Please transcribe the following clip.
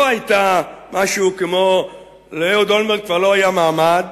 לא היתה משהו כמו "לאהוד אולמרט כבר לא היה מעמד",